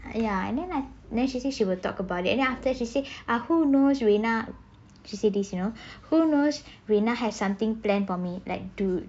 ya and then I then she say she will talk about it after she say ah who knows rina she say this you know who knows rina have something planned for me like dude